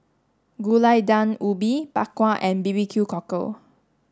Gulai Daun Ubi Bak Kwa and B B Q cockle